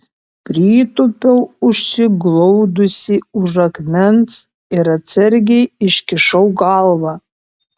pritūpiau užsiglaudusi už akmens ir atsargiai iškišau galvą